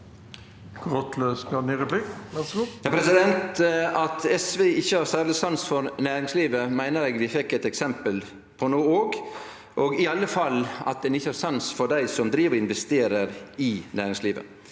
At SV ikkje har særleg sans for næringslivet, meiner eg vi fekk eit eksempel på no òg – iallfall at ein ikkje har sans for dei som driv og investerer i næringslivet.